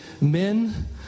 men